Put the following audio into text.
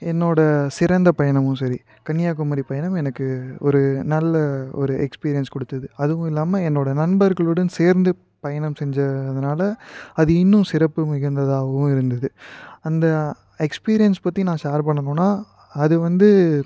என்னோட சிறந்த பயணமும் சரி கன்னியாகுமரி பயணம் எனக்கு ஒரு நல்ல ஒரு எக்ஸ்பீரியன்ஸ் கொடுத்தது அதுவும் இல்லாமல் என்னோட நண்பர்களுடன் சேர்ந்து பயணம் செஞ்சதுனால அது இன்னும் சிறப்பு மிகுந்ததாகவும் இருந்தது அந்த எக்ஸ்பீரியன்ஸ் பற்றி நான் ஷேர் பண்ணணுன்னா அது வந்து